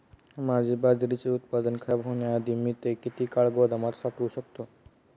माझे बाजरीचे उत्पादन खराब होण्याआधी मी ते किती काळ गोदामात साठवू शकतो?